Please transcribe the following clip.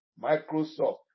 Microsoft